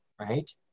right